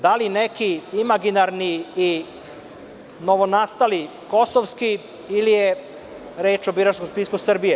Da li neki imaginarni i novonastali kosovski ili je reč o biračkom spisku Srbije?